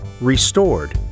Restored